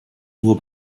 nur